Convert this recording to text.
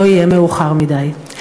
לא יהיה מאוחר מדי.